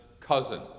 cousin